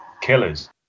killers